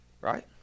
Right